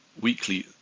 weekly